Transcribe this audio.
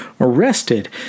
arrested